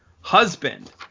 husband